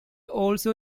also